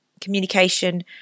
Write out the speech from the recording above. communication